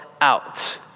out